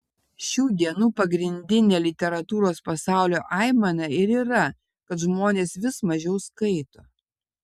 šių dienų pagrindinė literatūros pasaulio aimana ir yra kad žmonės vis mažiau skaito